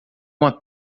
uma